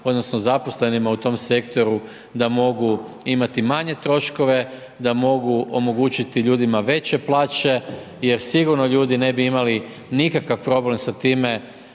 odnosno zaposlenima u tom sektoru da mogu imati manje troškove, da mogu omogućiti ljudima veće plaće jer sigurno ljudi ne bi imali nikakav problem sa time